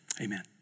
Amen